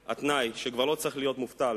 התנאי שכבר לא צריך להיות מובטל